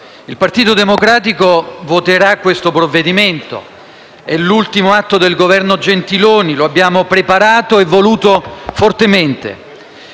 il Partito Democratico voterà questo provvedimento (è l'ultimo atto del Governo Gentiloni Silveri, che abbiamo preparato e voluto fortemente)